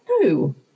No